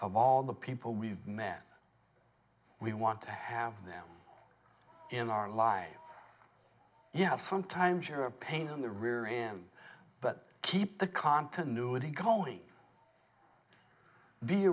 of all the people we've met we want to have them in our lives yeah sometimes you're a pain in the rear am but keep the continuity growing be